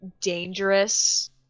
dangerous